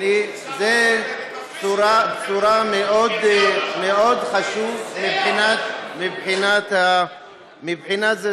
זו בשורה מאוד חשובה מבחינת ההישג.